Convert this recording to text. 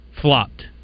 flopped